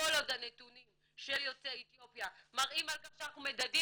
כל עוד הנתונים של יוצאי אתיופיה מראים על כך שאנחנו מדדים